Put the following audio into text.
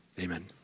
amen